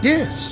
Yes